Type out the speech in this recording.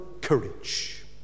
courage